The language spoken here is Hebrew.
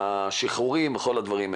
השחרורים וכל הדברים האלה.